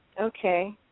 Okay